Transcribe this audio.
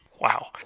Wow